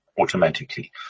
automatically